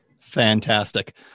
fantastic